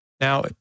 Now